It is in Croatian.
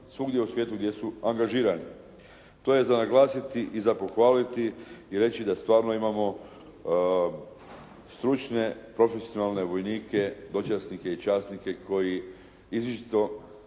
svugdje u svijetu gdje su angažirani. To je za naglasiti i za pohvaliti i reći da stvarno imamo stručne, profesionalne vojnike, dočasnike i časnike koji izričito